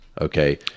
Okay